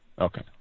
Okay